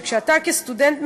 שאתה כסטודנט,